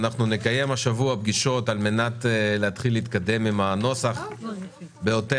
נקיים השבוע פגישות על מנת להתחיל להתקדם עם הנוסח בהתאם